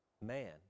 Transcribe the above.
Man